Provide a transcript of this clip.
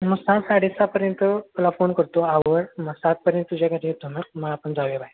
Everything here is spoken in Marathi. मग सहा साडेसहापर्यंत तुला फोन करतो आवर मग सातपर्यंत तुझ्या घरी येतो मी मग आपण जाऊया बाहेर